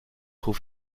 trop